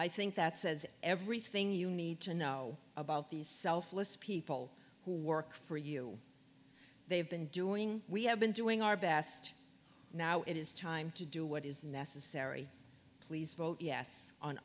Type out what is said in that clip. i think that says everything you need to know about these selfless people who work for you they have been doing we have been doing our best now it is time to do what is necessary